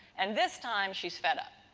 and, this time she's fed up